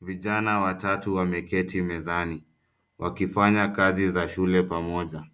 Vijana watatu wameketi mezani, wakifanya kazi za shule pamoja.